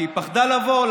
כי היא פחדה לבוא,